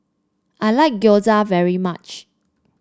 I like Gyoza very much